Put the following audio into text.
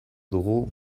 dugu